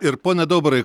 ir pone daubarai